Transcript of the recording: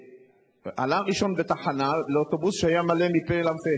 עלה הראשון מתחנה לאוטובוס שהיה מלא מפה לפה.